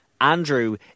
Andrew